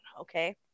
okay